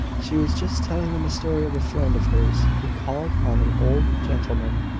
she was just telling them a story of a friend of hers who called on an old gentleman,